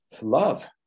love